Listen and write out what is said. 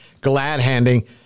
glad-handing